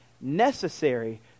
necessary